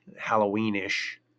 Halloween-ish